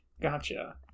Gotcha